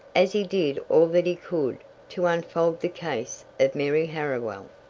as he did all that he could to unfold the case of mary harriwell.